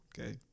Okay